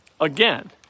Again